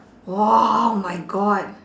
!wah! my god